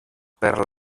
per